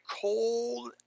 cold